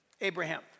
Abraham